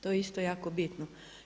To je isto jako bitno.